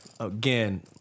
Again